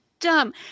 dumb